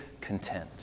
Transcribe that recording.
content